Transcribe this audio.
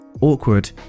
awkward